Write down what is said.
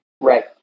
right